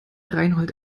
reinhold